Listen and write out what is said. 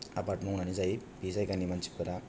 आबाद मावनानै जायो बे जायगानि मानसिफोरा